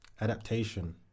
adaptation